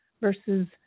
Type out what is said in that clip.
versus